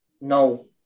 No